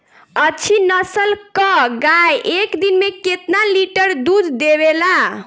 अच्छी नस्ल क गाय एक दिन में केतना लीटर दूध देवे ला?